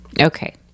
Okay